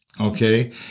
okay